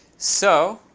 so,